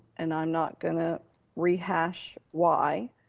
and i'm not gonna rehash why,